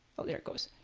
oh there it goes.